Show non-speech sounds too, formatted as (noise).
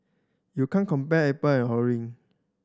you can't compare apple an (unintelligible)